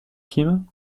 kim